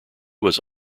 was